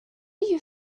you